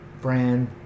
brand